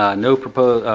ah no propose.